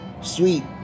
Sweet